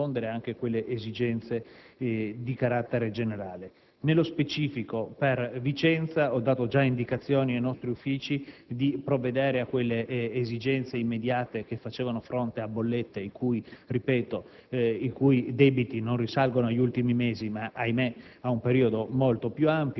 rispondere alle esigenze di carattere generale. Nello specifico, per quanto riguarda Vicenza, ho già dato indicazione ai nostri uffici di provvedere alle esigenze immediate facendo fronte a bollette i cui debiti non risalgono agli ultimi mesi, ma, ahimè, ad un periodo molto più